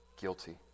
guilty